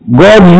god